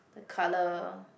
the colour